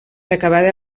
acabada